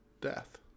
death